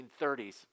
1930s